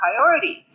priorities